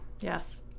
Yes